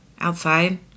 outside